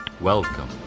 Welcome